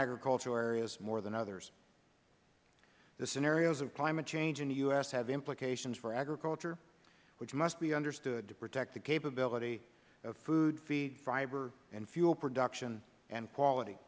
agricultural areas more than others the scenarios of climate change in the u s have implications for agriculture which must be understood to protect the capability of food feed fiber and fuel production and quality